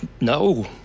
no